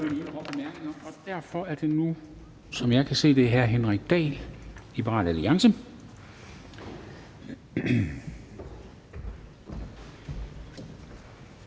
og derfor er det nu, som jeg kan se det, hr. Henrik Dahl, Liberal Alliance.